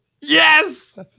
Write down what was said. Yes